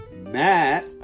Matt